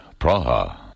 Praha